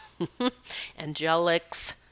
Angelics